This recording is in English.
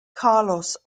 carlos